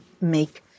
make